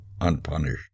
unpunished